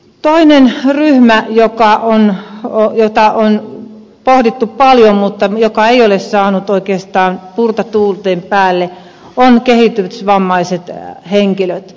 toinen ryhmä jota on pohdittu paljon mutta joka ei ole saanut oikeastaan tuulta purjeisiin on kehitysvammaiset henkilöt